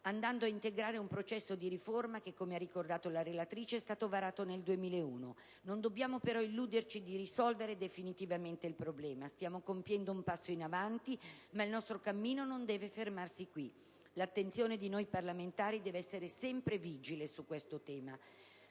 andando a integrare un processo di riforma che, come ha ricordato la relatrice, è stato avviato nel 2001. Non dobbiamo però illuderci che in questo modo riusciremo a risolvere definitivamente il problema. Stiamo compiendo un passo in avanti, ma il nostro cammino non deve fermarsi qui. L'attenzione di noi parlamentari deve essere sempre vigile sul tema!